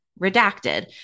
redacted